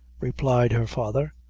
replied her father,